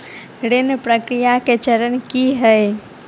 ऋण प्रक्रिया केँ चरण की है?